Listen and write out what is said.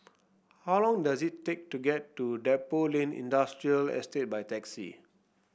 how long does it take to get to Depot Lane Industrial Estate by taxi